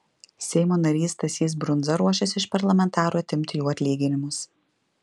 seimo narys stasys brundza ruošiasi iš parlamentarų atimti jų atlyginimus